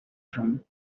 from